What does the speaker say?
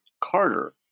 Carter